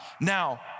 Now